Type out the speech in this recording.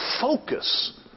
focus